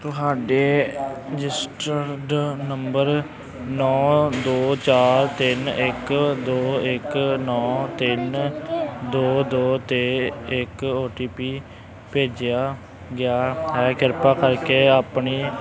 ਤੁਹਾਡੇ registered number ਨੌਂ ਦੋ ਚਾਰ ਤਿੰਨ ਇੱਕ ਦੋ ਇੱਕ ਨੌਂ ਤਿੰਨ ਦੋ ਦੋ 'ਤੇ ਇੱਕ ਓ ਟੀ ਪੀ ਭੇਜਿਆ ਗਿਆ ਹੈ ਕਿਰਪਾ ਕਰਕੇ ਆਪਣੀ